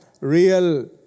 real